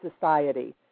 society